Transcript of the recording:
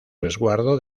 resguardo